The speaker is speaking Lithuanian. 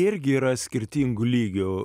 irgi yra skirtingų lygių